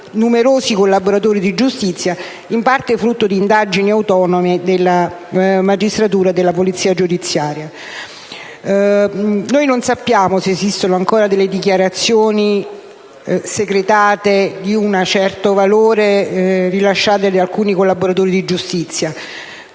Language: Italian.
numerosi collaboratori di giustizia e in parte frutto di indagini autonome della magistratura e della polizia giudiziaria. Non sappiamo se esistano ancora dichiarazioni segretate di un certo valore rilasciate da alcuni collaboratori di giustizia.